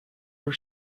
our